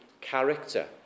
character